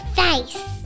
face